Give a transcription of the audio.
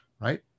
right